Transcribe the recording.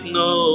no